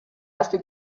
erste